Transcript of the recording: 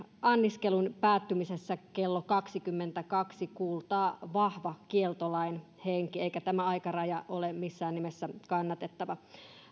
anniskelun päättymisessä kello kaksikymmentäkaksi kuultaa vahva kieltolain henki eikä tämä aikaraja ole missään nimessä kannatettava